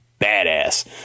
badass